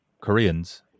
Koreans